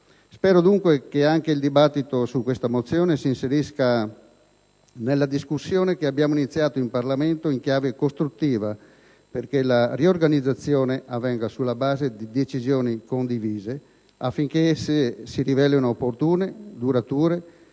Spero dunque che anche il dibattito su questa mozione si inserisca nella discussione che abbiamo iniziato in Parlamento in chiave costruttiva perché la riorganizzazione avvenga sulla base di decisioni condivise affinché esse si rivelino opportune e durature,